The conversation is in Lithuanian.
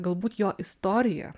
galbūt jo istorija